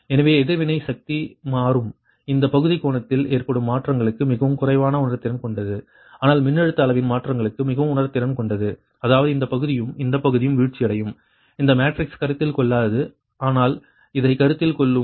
எனவே எதிர்வினை சக்தி மாறும் இந்த பகுதி கோணத்தில் ஏற்படும் மாற்றங்களுக்கு மிகவும் குறைவான உணர்திறன் கொண்டது ஆனால் மின்னழுத்த அளவின் மாற்றங்களுக்கு மிகவும் உணர்திறன் கொண்டது அதாவது இந்த பகுதியும் இந்த பகுதியும் வீழ்ச்சியடையும் இந்த மேட்ரிக்ஸ் கருத்தில் கொள்ளாது ஆனால் இதை கருத்தில் கொள்ளும்